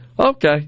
Okay